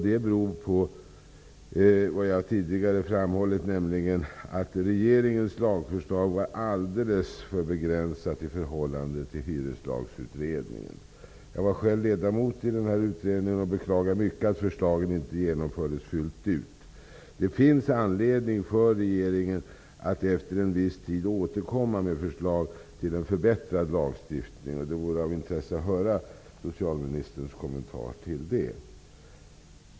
Det beror på det som jag tidigare framhållit, nämligen att regeringens lagförslag var alldeles för begränsat i förhållande till Hyreslagsutredningen. Jag var själv ledamot i den här utredningen, och jag beklagar mycket att förslagen inte genomfördes fullt ut. Det finns anledning för regeringen att efter en viss tid återkomma med förslag till en förbättrad lagstiftning. Det vore av intresse att höra socialministerns kommentar till det.